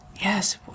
Yes